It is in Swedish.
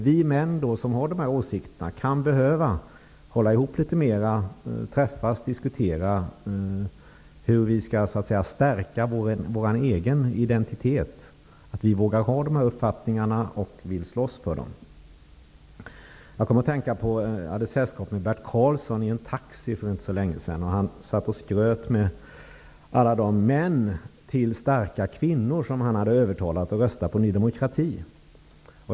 Vi män med gemensamma åsikter kan behöva hålla ihop litet mera och träffas för att diskutera hur vi skall stärka vår egen identitet, så att vi vågar ha dessa uppfattningar och slåss för dem. Jag hade för inte så länge sedan sällskap i en taxi med Bert Karlsson, som då skröt om alla de män till starka kvinnor som han hade övertalat att rösta på Ny demokrati.